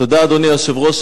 תודה, אדוני היושב-ראש.